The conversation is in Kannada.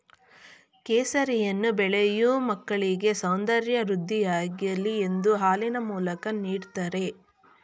ಕೇಸರಿಯನ್ನು ಬೆಳೆಯೂ ಮಕ್ಕಳಿಗೆ ಸೌಂದರ್ಯ ವೃದ್ಧಿಯಾಗಲಿ ಎಂದು ಹಾಲಿನ ಮೂಲಕ ನೀಡ್ದತರೆ